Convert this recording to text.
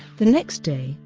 the next day,